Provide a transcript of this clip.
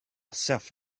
self